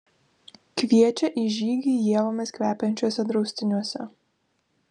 kviečia į žygį ievomis kvepiančiuose draustiniuose